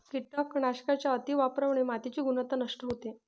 कीटकनाशकांच्या अतिवापरामुळे मातीची गुणवत्ता नष्ट होते